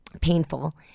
painful